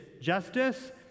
Justice